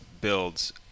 builds